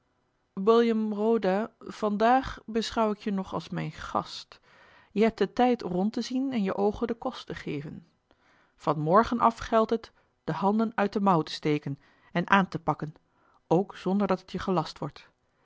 roda van daag beschouw ik je nog als mijn gast je hebt den tijd rond te zien en je oogen den kost te geven van morgen af geldt het de handen uit de mouw te steken en aan te pakken ook zonder dat het je gelast wordt